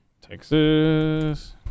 Texas